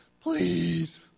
please